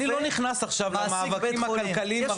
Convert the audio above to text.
אני לא נכנס עכשיו למאבקים הכלכליים.